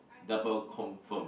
double confirm